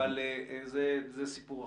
אבל זה סיפור אחר.